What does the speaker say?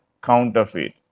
counterfeit